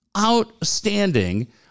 outstanding